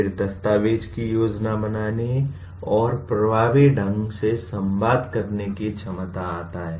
फिर दस्तावेज़ की योजना बनाने और प्रभावी ढंग से संवाद करने की क्षमता आता है